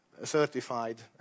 certified